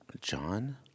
John